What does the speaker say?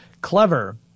clever